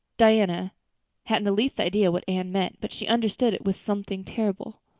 diana hadn't the least idea what anne meant but she understood it was something terrible.